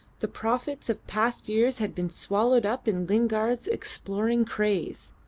the profits of past years had been swallowed up in lingard's exploring craze.